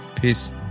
Peace